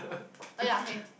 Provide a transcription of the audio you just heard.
oh ya K